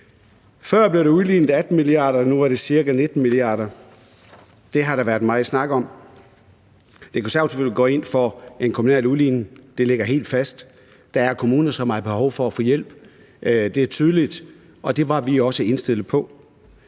Før blev der udlignet 18 mia. kr., og nu er det ca. 19 mia. kr. Det har der været meget snak om. De Konservative går ind for en kommunal udligning – det ligger helt fast – der er kommuner, som har behov for at få hjælp. Det er tydeligt, og det var vi også indstillet på.